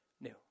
new